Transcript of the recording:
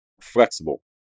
flexible